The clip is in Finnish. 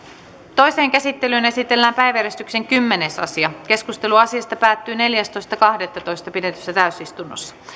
toiseen käsittelyyn esitellään päiväjärjestyksen kymmenes asia keskustelu asiasta päättyi neljästoista kahdettatoista kaksituhattaviisitoista pidetyssä täysistunnossa